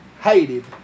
hated